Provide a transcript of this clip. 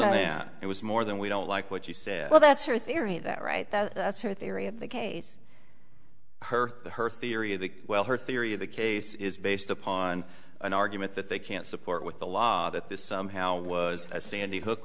it was more than we don't like what you said well that's your theory that right that's her theory of the case her or her theory of the well her theory of the case is based upon an argument that they can't support with the law that this somehow was a sandy hook